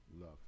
love